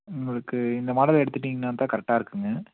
உங்களுக்கு இந்த மாடல் எடுத்துட்டீங்கனால் தான் கரெக்டாக இருக்குங்க